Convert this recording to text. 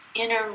inner